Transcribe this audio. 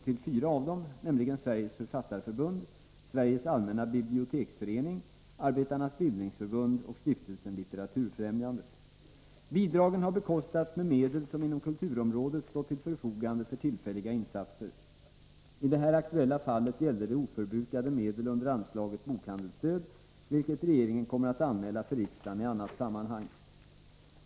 till fyra av dem, nämligen Sveriges författarförbund, Sveriges allmänna biblioteksförening, Arbetarnas bildningsförbund och Stiftelsen Litteraturfrämjandet. Bidragen har bekostats med medel som inom kulturområdet stått till förfogande för tillfälliga insatser. I det här aktuella fallet gäller det oförbrukade medel under anslaget Bokhandelsstöd, vilket regeringen kommer att anmäla för riksdagen i annat sammanhang.